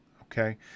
okay